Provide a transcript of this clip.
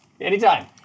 anytime